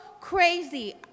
crazy